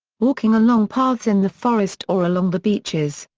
walking along paths in the forest or along the beaches,